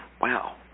Wow